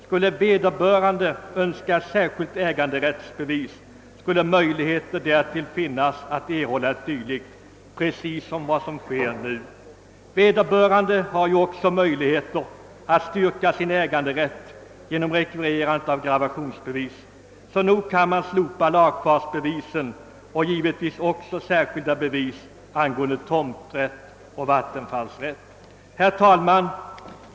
Skulle vederbörande öns ka ett särskilt äganderättsbevis, skulle möjligheter finnas att erhålla ett dylikt precis som nu är fallet. Vederbörande har ju möjlighet att styrka sin äganderätt genom rekvirerande av gravationsbevis. Så nog kan man slopa lagfartsbevis och givetvis också särskilda bevis angående tomträtt och vattenfallsrätt. Herr talman!